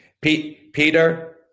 Peter